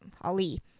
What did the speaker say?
Ali